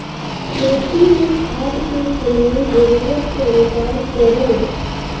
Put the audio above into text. खेती मे खाद के इस्तेमाल जरूरत के अनुसार करऽ